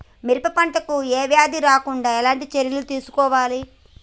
పెరప పంట కు ఏ వ్యాధి రాకుండా ఎలాంటి చర్యలు తీసుకోవాలి?